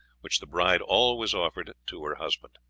which the bride always offered to her husband.